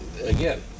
again